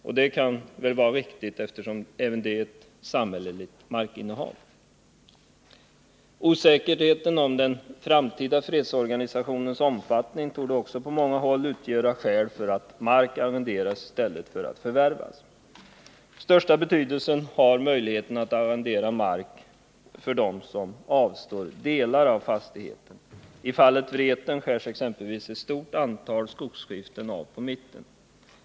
Och det kan väl vara riktigt, eftersom det är ett samhälleligt markinnehav. Osäkerheten om den framtida fredsorganisationens omfattning torde också på många håll utgöra skäl för att mark arrenderas i stället för att förvärvas. Största betydelsen har möjligheten att arrendera mark för dem som avstår delar av fastigheter. I fallet Vreten skärs exempelvis ett stort antal skogsskiften av på mitten.